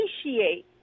appreciate